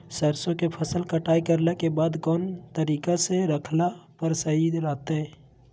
सरसों के फसल कटाई करला के बाद कौन तरीका से रखला पर सही रहतय?